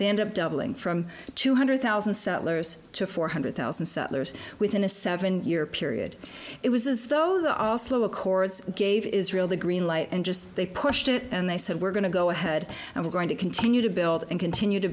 they end up doubling from two hundred thousand settlers to four hundred thousand settlers within a seven year period it was as though the also accords gave israel the green light and just they pushed it and they said we're going to go ahead and we're going to continue to build and continue to